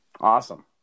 Awesome